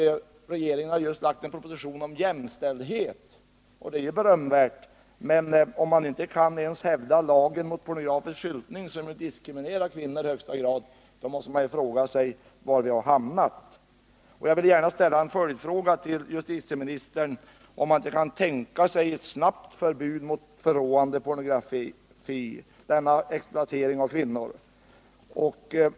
Regeringen har just lagt fram en proposition om jämställdhet, och det är berömvärt. Men om man inte ens kan hävda lagen mot pornografisk skyltning, som ju diskriminerar kvinnan i högsta grad, måste man fråga sig var vi har hamnat. Jag vill gärna ställa en följdfråga till justitieministern, om han inte kan tänka sig ett snabbt förbud mot förråande pornografi, denna exploatering av kvinnor.